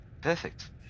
Perfect